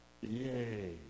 Yay